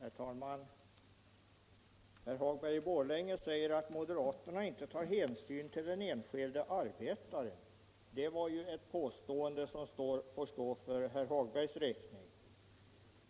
Herr talman! Herr Hagberg i Borlänge säger att moderaterna inte tar hänsyn till den enskilda arbetaren. Det är ett påstående som får stå för herr Hagbergs räkning.